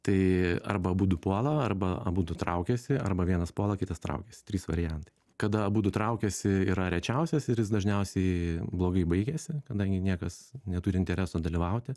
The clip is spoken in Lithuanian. tai arba abudu puola arba abudu traukiasi arba vienas puola kitas traukiasi trys variantai kada abudu traukiasi yra rečiausias ir jis dažniausiai blogai baigiasi kadangi niekas neturi intereso dalyvauti